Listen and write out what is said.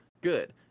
good